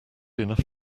enough